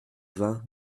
vingt